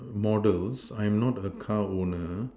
models I'm not a car owner